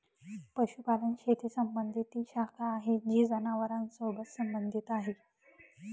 पशुपालन शेती संबंधी ती शाखा आहे जी जनावरांसोबत संबंधित आहे